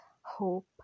hope